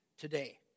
today